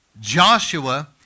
Joshua